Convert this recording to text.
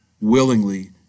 willingly